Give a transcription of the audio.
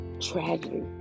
tragedy